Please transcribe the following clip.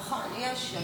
נכון, יש.